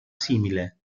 simile